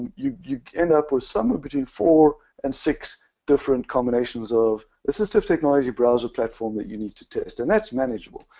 you you end up with somewhere between four and six different combinations of assistive technology browser platform that you need to test. and that's manageable.